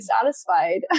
satisfied